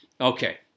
Okay